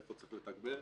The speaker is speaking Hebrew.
איפה צריך לתגבר,